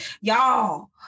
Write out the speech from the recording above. y'all